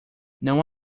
não